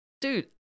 Dude